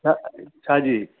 ह छाजी